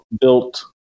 built